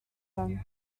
them